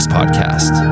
Podcast